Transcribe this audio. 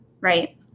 Right